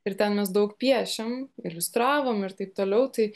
ir ten mes daug piešiam iliustravom ir taip toliau tai